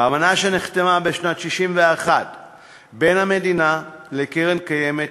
באמנה שנחתמה בשנת 1961 בין המדינה לקרן הקיימת